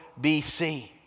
BC